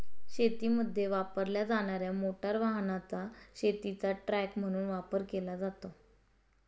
शेतीमध्ये वापरल्या जाणार्या मोटार वाहनाचा शेतीचा ट्रक म्हणून वापर केला जातो